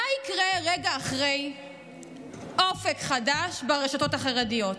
מה יקרה רגע אחרי אופק חדש ברשתות החרדיות?